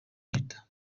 leta